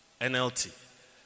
NLT